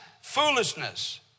foolishness